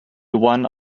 one